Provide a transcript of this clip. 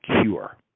cure